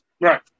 Right